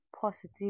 positive